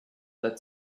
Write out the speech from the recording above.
that